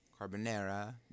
Carbonara